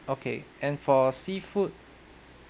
okay and for seafood